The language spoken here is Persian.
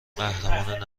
قهرمان